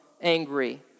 angry